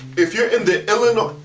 if you're in the illinous.